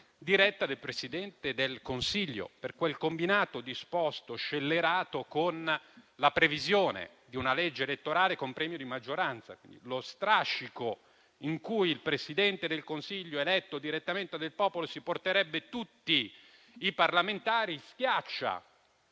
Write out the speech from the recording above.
diretta del Presidente del Consiglio, per quel combinato disposto scellerato della previsione di una legge elettorale con premio di maggioranza. Lo strascico, con cui il Presidente del Consiglio eletto direttamente dal popolo si porterebbe tutti i parlamentari, schiaccia